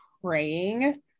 praying